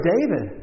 David